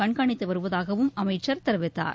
கண்காணித்து வருவதாகவும் அமைச்சர் ்தெரிவித்தார்